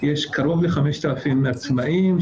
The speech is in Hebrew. יש קרוב ל-5,000 עצמאים,